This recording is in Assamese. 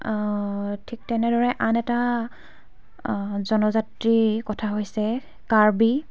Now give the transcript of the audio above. ঠিক তেনেদৰে আন এটা জনজাতি কথা হৈছে কাৰ্বি